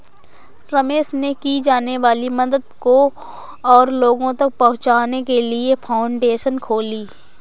रमेश ने की जाने वाली मदद को और लोगो तक पहुचाने के लिए फाउंडेशन खोली